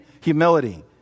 humility